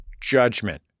judgment